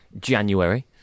January